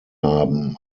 haben